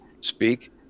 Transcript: speak